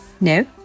no